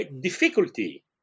difficulty